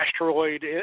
asteroid